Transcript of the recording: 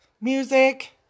music